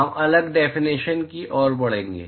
हम अगली डेफिनेशन की ओर बढ़ेंगे